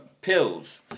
pills